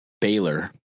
Baylor